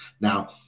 now